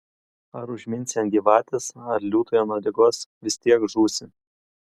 ar užminsi ant gyvatės ar liūtui ant uodegos vis tiek žūsi